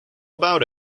about